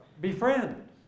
befriend